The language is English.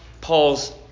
Paul's